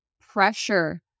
pressure